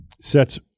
sets